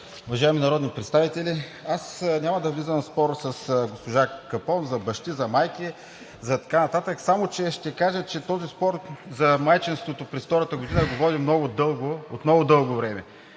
уважаеми народни представители! Няма да влизам в спор с госпожа Капон за бащи, за майки, за така нататък. Само ще кажа, че този спор за майчинството през втората година го водим от много дълго време